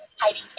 hiding